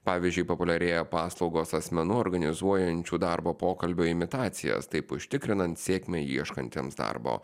pavyzdžiui populiarėja paslaugos asmenų organizuojančių darbo pokalbio imitacijas taip užtikrinant sėkmę ieškantiems darbo